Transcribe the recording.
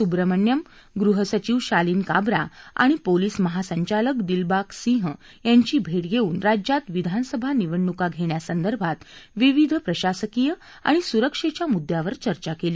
सुब्रह्मण्यम गृह सचिव शालीन काबरा आणि पोलीस महासंचालक दिलबाग सिंह यांची भेट घेऊन राज्यात विधानसभा निवडणुका घेण्यासंदर्भात विविध प्रशासकीय आणि सुरक्षेच्या मुद्द्यावर चर्चा केली